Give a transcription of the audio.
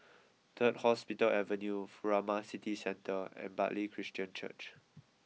Third Hospital Avenue Furama City Centre and Bartley Christian Church